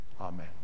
Amen